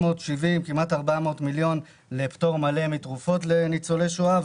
כמעט 400 מיליון שקלים ניתנים לטובת פטור מלא מתרופות לניצולי שואה,